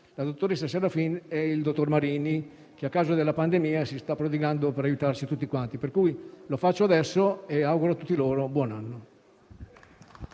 la dottoressa Serafin e il dottor Marini, che, a causa della pandemia, si sta prodigando per aiutare tutti noi. Lo faccio adesso e auguro a tutti loro buon anno!